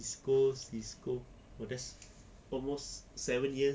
CISCO CISCO oh that's almost seven years